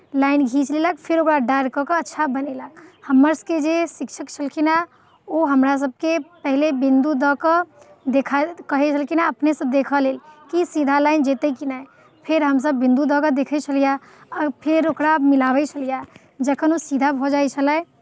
line घींच लेलक फेर ओकरा डाढ़ि कऽ कऽ अच्छा बनेलक हमरसभके जे शिक्षक छलखिन हेँ ओ हमरासभके पहिले बिन्दु दऽ कऽ देखा दैत कहै छलखिन हेँ अपनेसँ देखय लेल कि सीधा लाइन जेतै कि नहि फेर हमसभ बिन्दु दऽ कऽ देखै छलियै आ फेर ओकरा मिलाबै छलियै जखन ओ सीधा भऽ जाइ छलै